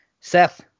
Seth